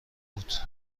بود